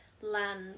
land